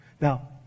Now